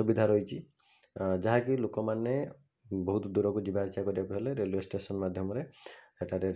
ଏ ସୁବିଧା ରହିଛି ଯାହାକି ଲୋକମାନେ ବହୁତ ଦୂରକୁ ଯିବା ଆସିବା କରିବାକୁ ହେଲେ ରେଲ୍ୱେ ଷ୍ଟେସନ୍ ମାଧ୍ୟମଲେ ସେଠାରେ